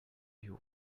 you